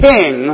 King